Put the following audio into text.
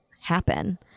happen